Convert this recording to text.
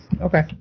Okay